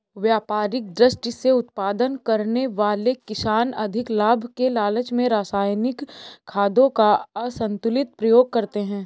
व्यापारिक दृष्टि से उत्पादन करने वाले किसान अधिक लाभ के लालच में रसायनिक खादों का असन्तुलित प्रयोग करते हैं